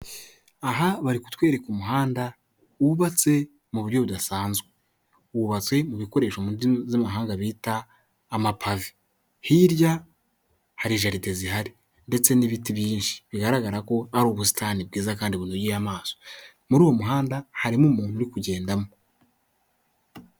Aha bari kutwereka umuhanda wubatse mu buryo budasanzwe. Wubatswe mu bikoresho mu indimi z'amahanga bita amapave hirya hari jaride zihari ndetse n'ibiti byinshi bigaragara ko ari ubusitani bwiza kandi bunogeye amaso muri uwo muhanda harimo umuntu uri kugendamo.